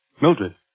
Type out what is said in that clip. Mildred